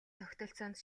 тогтолцоонд